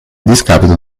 discapito